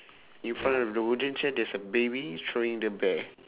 in front of the wooden chair there's a baby throwing the bear